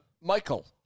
Michael